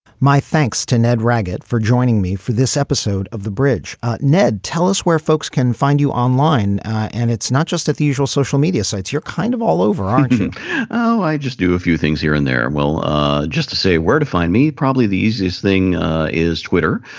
my thanks to ned ragged for joining me for this episode of the bridge ned. tell us where folks can find you online. and it's not just at the usual social media sites you're kind of all over um oh i just do a few things here and there. well just to say where to find me probably the easiest thing is twitter.